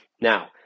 Now